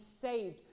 saved